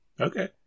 Okay